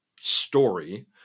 story